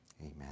Amen